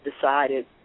decided